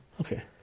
Okay